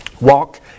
Walk